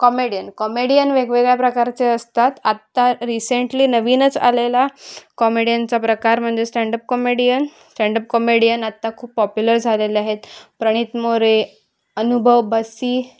comedian comedian वेगवेगळ्या प्रकारचे असतात आत्ता रिसेंटली नवीनच आलेला कॉमेडियनचा प्रकार म्हणजे स्टँडप कॉमेडियन स्टँडप कॉमेडियन आत्ता खूप पॉप्युलर झालेले आहेत प्रणित मोरे अनुभव बस्सी